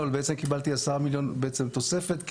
אבל בעצם קיבלתי תוספת של 10 מיליון כי